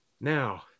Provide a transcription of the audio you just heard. Now